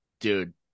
dude